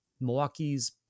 Milwaukee's